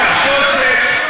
טווח בתחפושת,